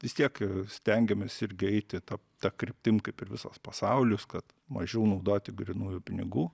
vis tiek stengiamės irgi eiti ta ta kryptim kaip ir visas pasaulis kad mažiau naudoti grynųjų pinigų